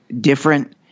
different